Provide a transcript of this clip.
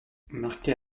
marquée